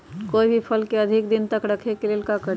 कोई भी फल के अधिक दिन तक रखे के लेल का करी?